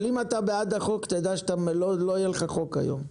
אבל אם אתה בעד החוק, תדע שלא יהיה לך חוק היום.